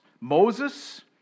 Moses